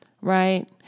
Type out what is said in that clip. right